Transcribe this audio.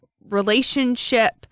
relationship